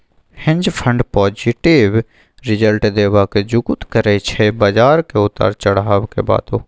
हेंज fund positive result देबाक जुगुत करय छै बजारक उतार चढ़ाबक बादो